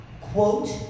quote